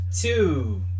Two